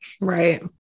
Right